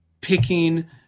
picking